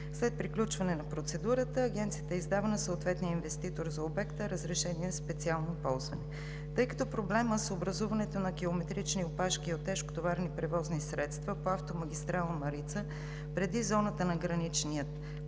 След приключване на процедурата Агенцията издава на съответния инвеститор за обекта разрешение за специално ползване. Тъй като проблемът с образуването на километрични опашки от тежкотоварни превозни средства по автомагистрала „Марица“ преди зоната на Граничния